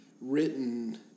written